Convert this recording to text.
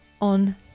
on